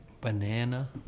Banana